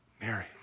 Mary